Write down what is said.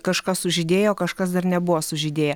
kažkas sužydėjo kažkas dar nebuvo sužydėję